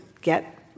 get